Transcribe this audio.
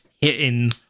hitting